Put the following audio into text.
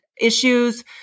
issues